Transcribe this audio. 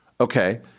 Okay